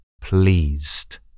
pleased